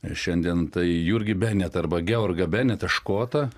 šiandien tai jurgį benetą arba georgą benetą škotą